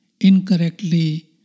incorrectly